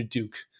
Duke 。